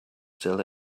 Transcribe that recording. still